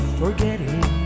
forgetting